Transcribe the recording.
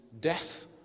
death